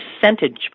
percentage